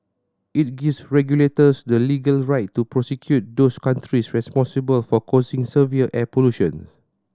it gives regulators the legal right to prosecute those countries responsible for causing severe air pollution